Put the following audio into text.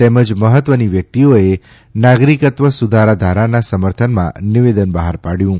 તેમજ મહત્વની વ્યક્તિઓએ નાગરિકત્વ સુધારા ધારાના સમર્થનમાં નિવેદન બહાર પાડયું છે